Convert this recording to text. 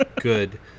good